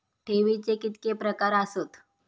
ठेवीचे कितके प्रकार आसत?